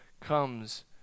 comes